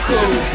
Cool